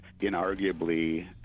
inarguably